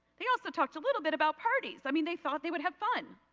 they also talked a little bit about parties. i mean they thought they would have fun.